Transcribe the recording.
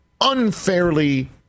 unfairly